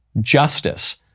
justice